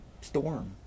Storm